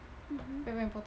mmhmm